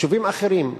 ויישובים אחרים?